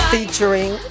Featuring